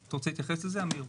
אמיר,